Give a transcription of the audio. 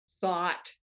thought